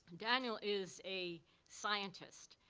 daniel is a scientist.